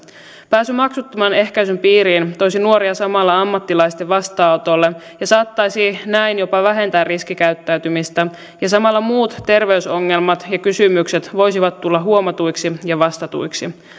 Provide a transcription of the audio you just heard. pääsy maksuttoman ehkäisyn piiriin toisi nuoria samalla ammattilaisten vastaanotolle ja saattaisi näin jopa vähentää riskikäyttäytymistä ja samalla muut terveysongelmat ja kysymykset voisivat tulla huomatuiksi ja vastatuiksi